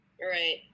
Right